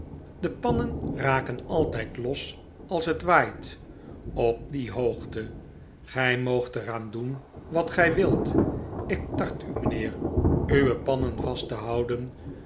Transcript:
de pannen raken altyd los als het waait op die hoogte gg moogt er aan doen wat gjj wilt l ik tart u meneer uwe pannen vast te houden